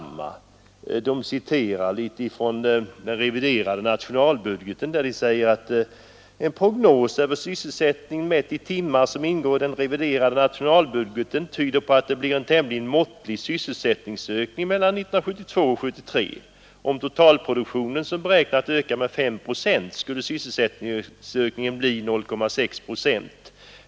Utskottet hänvisar till politiken m.m. vad som anförs i den reviderade nationalbudgeten och framhåller bl.a.: ”Den prognos över sysselsättningen mätt i timmar som ingår i den reviderade nationalbudgeten tyder på att det blir en tämligen måttlig sysselsättningsökning mellan 1972 och 1973. Om totalproduktionen, som beräknat, ökar med 5 procent, s culle sysselsättningsökningen bli 0,6 procent.